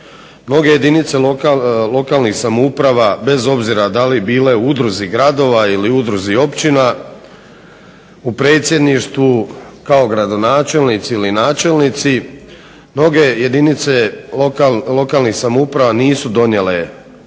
Mnoge jedinice lokalnih samouprava bez obzira da li bile u udruzi gradova ili udruzi općina u predsjedništvu kao gradonačelnici ili načelnici mnoge jedinice lokalnih samouprava nisu donijele